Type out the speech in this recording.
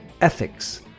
ethics